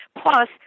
Plus